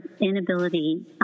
inability